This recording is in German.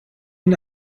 ihn